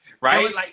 right